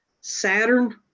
Saturn